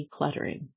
decluttering